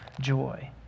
joy